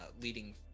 leading